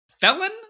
Felon